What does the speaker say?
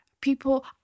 people